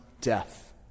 death